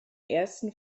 ersten